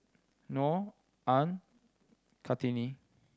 Noh Ain Kartini